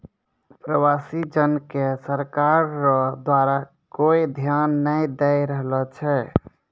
प्रवासी जन के सरकार रो द्वारा कोय ध्यान नै दैय रहलो छै